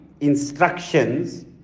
instructions